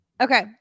Okay